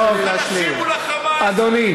אתם עושים את ההסתה.